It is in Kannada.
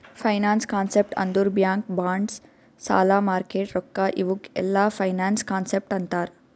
ಫೈನಾನ್ಸ್ ಕಾನ್ಸೆಪ್ಟ್ ಅಂದುರ್ ಬ್ಯಾಂಕ್ ಬಾಂಡ್ಸ್ ಸಾಲ ಮಾರ್ಕೆಟ್ ರೊಕ್ಕಾ ಇವುಕ್ ಎಲ್ಲಾ ಫೈನಾನ್ಸ್ ಕಾನ್ಸೆಪ್ಟ್ ಅಂತಾರ್